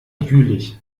jüllich